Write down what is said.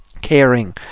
caring